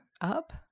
up